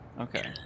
Okay